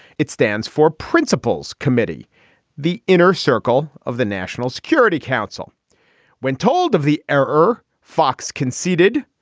it stands for principles committee the inner circle of the national security council when told of the error fox conceded.